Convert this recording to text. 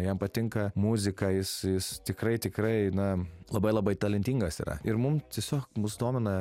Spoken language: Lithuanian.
jam patinka muzika jis jis tikrai tikrai na labai labai talentingas yra ir mum tiesiog mus domina